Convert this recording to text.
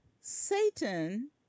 Satan